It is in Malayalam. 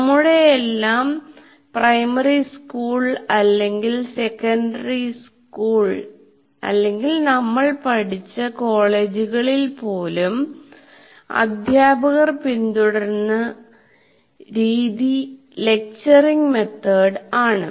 നമ്മുടെയെല്ലാം പ്രൈമറി സ്കൂൾ അല്ലെങ്കിൽ സെക്കണ്ടറി സ്കൂൾ അല്ലെങ്കിൽ നമ്മൾ പഠിച്ച കോളേജുകളിൽ പോലും അദ്ധ്യാപകർ പിന്തുടർന്ന രീതി ലെക്ച്ചറിങ് മെത്തേഡ് ആണ്